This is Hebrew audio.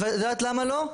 את יודעת למה לא?